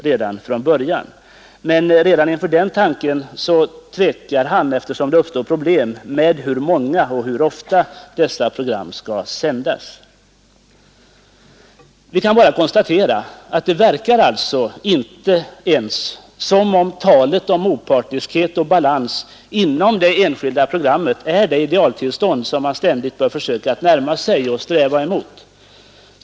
Men inför tanken tvekade han snabbt och sade att det skulle uppstå problem med hur många programmen skulle vara och hur ofta programmen skulle sändas. Vi kan alltså konstatera att det egentligen inte verkar som om opartiskhet och balans inom det enskilda programmet är det idealtillstånd, som man ständigt bör sträva mot och närma sig.